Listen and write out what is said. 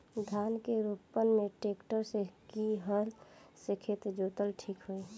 धान के रोपन मे ट्रेक्टर से की हल से खेत जोतल ठीक होई?